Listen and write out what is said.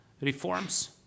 reforms